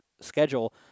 schedule